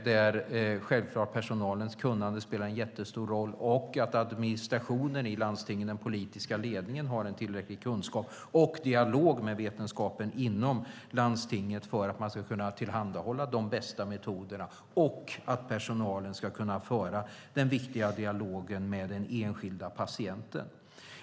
Personalens erfarenhet spelar självklart en jättestor roll. Administrationen och den politiska ledningen i landstingen måste ha tillräckliga kunskaper och ha en dialog med vetenskapen inom landstinget för att man ska kunna tillhandahålla de bästa metoderna, och personalen ska kunna föra den viktiga dialogen med den enskilda patienten.